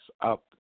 up